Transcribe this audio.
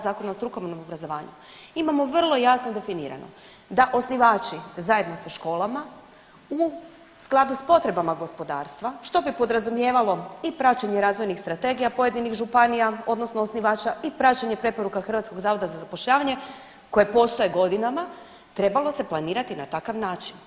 Zakona o strukovnom obrazovanju imamo vrlo jasno definirano da osnivači zajedno sa školama u skladu s potrebama gospodarstva što bi podrazumijevalo i praćenje razvojnih strategija pojedinih županija odnosno osnivača i praćenje preporuka HZZ-a koje postoje godinama trebalo se planirati na takav način.